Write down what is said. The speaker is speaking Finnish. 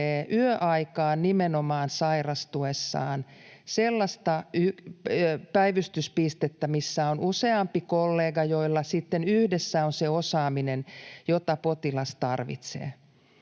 yöaikaan sairastuessaan sellaista päivystyspistettä, missä on useampi kollega, joilla sitten yhdessä on se osaaminen, jota potilas tarvitsee.